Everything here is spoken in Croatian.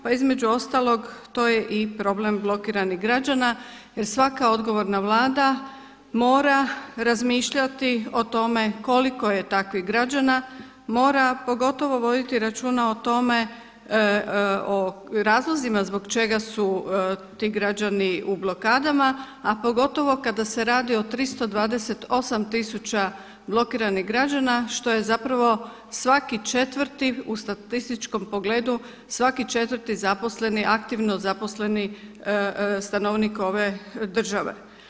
Pa između ostalog to je i problem blokiranih građana jer svaka odgovorna Vlada mora razmišljati o tome koliko je takvih građana, mora pogotovo voditi računa o tome o razlozima zbog čega su ti građani u blokadama a pogotovo kada se radi o 328 tisuća blokiranih građana što je zapravo svaki 4.-ti u statističkom pogledu svaki 4.-ti zaposleni, aktivno zaposleni stanovnik ove države.